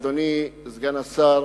אדוני סגן השר,